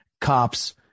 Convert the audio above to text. cops